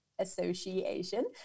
association